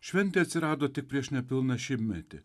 šventė atsirado tik prieš nepilną šimtmetį